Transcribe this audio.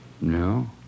No